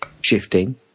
shifting